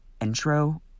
intro